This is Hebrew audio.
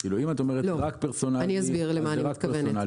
אם את אומרת רק פרסונלי, זה רק פרסונלי.